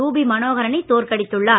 Ruby மனோகரனை தோற்கடித்துள்ளார்